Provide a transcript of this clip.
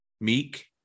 meek